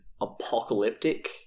apocalyptic